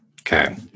okay